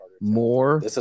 more